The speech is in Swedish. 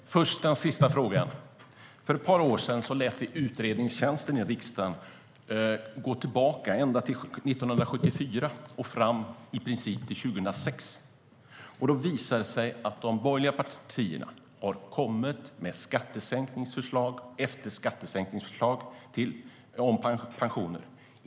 Fru talman! Jag tar den sista frågan först. För ett par år sedan lät vi utredningstjänsten i riksdagen gå tillbaka ända till 1974 och i princip fram till 2006. Då visade det sig att de borgerliga partierna har kommit med skattesänkningsförslag efter skattesänkningsförslag om pensioner.